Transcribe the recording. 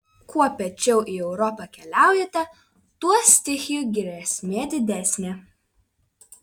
kuo piečiau į europą keliaujate tuo stichijų grėsmė didesnė